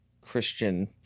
Christian